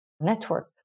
network